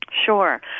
Sure